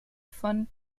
von